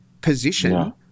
position